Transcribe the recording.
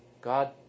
God